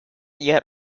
yet